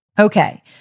Okay